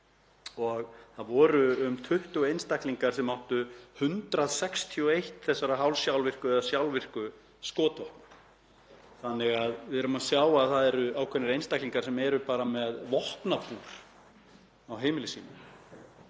á. Það voru um 20 einstaklingar sem áttu 161 þessara hálfsjálfvirku eða sjálfvirku skotvopna. Við erum að sjá að ákveðnir einstaklingar eru bara með vopnabúr á heimili sínu